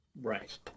Right